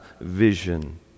vision